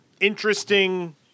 interesting